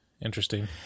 interesting